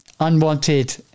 unwanted